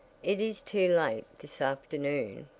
it is too late this afternoon.